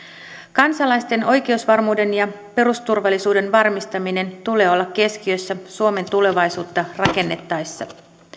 kansalaisten oikeusvarmuuden ja perusturvallisuuden varmistamisen tulee olla keskiössä suomen tulevaisuutta rakennettaessa